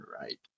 Right